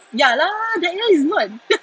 ya lah that one is not